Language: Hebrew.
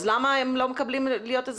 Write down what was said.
אז למה הם לא מקבלים אזרחות?